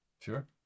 Sure